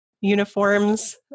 uniforms